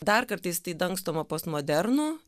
dar kartais tai dangstoma postmodernu